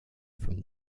from